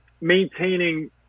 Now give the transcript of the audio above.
maintaining